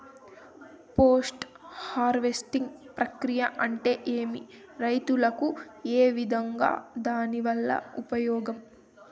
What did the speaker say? Post harvesting ప్రక్రియ అంటే ఏమి? రైతుకు ఏ విధంగా దాని వల్ల ఉపయోగం?